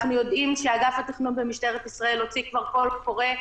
אנחנו יודעים שאגף התכנות במשטרת ישראל כבר הוציא "קול קורא"